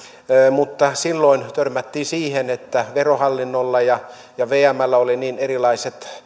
mutta silloin törmättiin siihen että verohallinnolla ja ja vmllä oli niin erilaiset